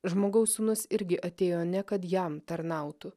žmogaus sūnus irgi atėjo ne kad jam tarnautų